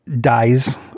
dies